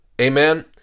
Amen